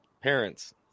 parents